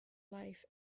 life